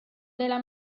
della